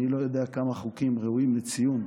אני לא יודע כמה חוקים ראויים לציון,